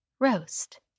Roast